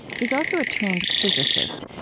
he's also a trained physicist.